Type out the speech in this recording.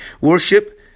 worship